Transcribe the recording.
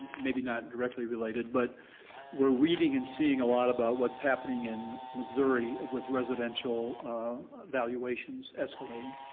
maybe not directly related but we're reading and seeing a lot about what's happening in missouri with residential valuations escalating.